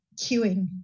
queuing